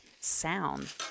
sound